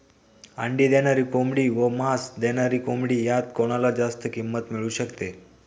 अंडी देणारी कोंबडी व मांस देणारी कोंबडी यात कोणाला जास्त किंमत मिळू शकते?